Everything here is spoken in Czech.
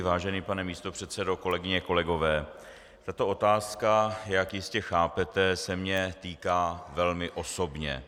Vážený pane místopředsedo, kolegyně, kolegové, tato otázka, jak jistě chápete, se mě týká velmi osobně.